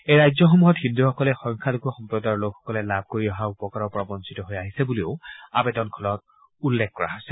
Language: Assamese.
এই ৰাজ্যসমূহত হিন্দুসকলে সংখ্যালঘু সম্প্ৰদায়ৰ লোকসকলে লাভ কৰি অহা উপকাৰৰ পৰা বঞ্চিত হৈ আহিছে বুলি আৱেদনখনত উল্লেখ কৰা হৈছে